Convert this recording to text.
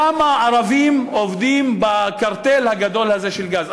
כמה ערבים עובדים בקרטל הגדול הזה של גז?